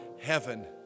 heaven